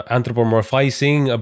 Anthropomorphizing